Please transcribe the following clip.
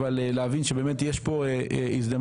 להבין שבאמת יש פה הזדמנות,